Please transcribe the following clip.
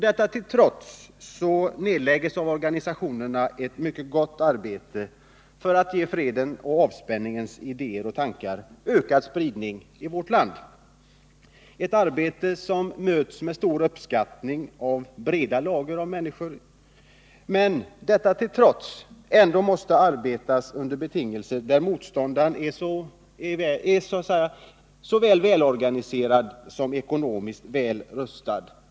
Detta till trots nedläggs av organisationerna ett mycket gott arbete för att ge freden och avspänningens idéer och tankar ökad spridning i vårt land — ett arbete som möts med stor uppskattning av breda lager av människor. Ändå måste de arbeta under betingelser där motståndaren är såväl välorganiserad som ekonomiskt välutrustad.